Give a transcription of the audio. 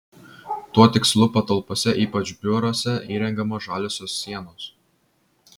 tuo tikslu patalpose ypač biuruose įrengiamos žaliosios sienos